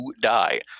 die